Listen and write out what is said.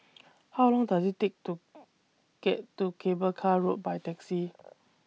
How Long Does IT Take to get to Cable Car Road By Taxi